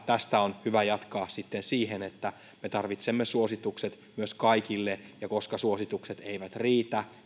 tästä on hyvä jatkaa sitten siihen että me tarvitsemme suositukset myös kaikille ja koska suositukset eivät riitä